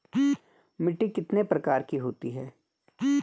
मिट्टी कितने प्रकार की होती है?